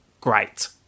great